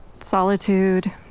Solitude